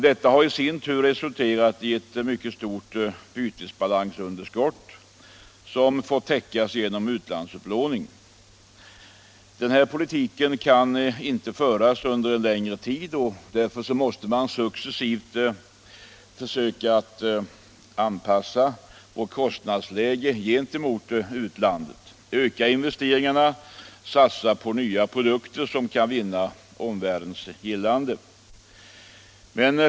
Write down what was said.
Detta har i sin tur resulterat i ett mycket stort bytesbalansunderskott, som fått täckas genom utlandsupplåning. Denna politik kan inte föras under någon längre tid. Därför måste vi successivt försöka anpassa vårt kostnadsläge till utlandets, öka investeringarna och satsa på nya produkter som kan vinna omvärldens gillande.